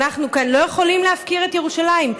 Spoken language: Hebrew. אנחנו כאן לא יכולים להפקיר את ירושלים.